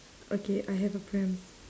okay I have a pram